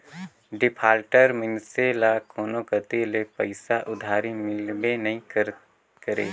defaulter मइनसे ल कोनो कती ले पइसा उधारी मिलबे नी करे